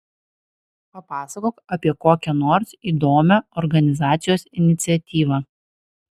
papasakok apie kokią nors įdomią organizacijos iniciatyvą